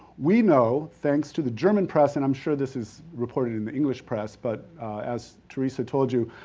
we know, thanks to the german press, and i'm sure this is reported in the english press, but as teresa told you,